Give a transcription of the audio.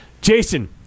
Jason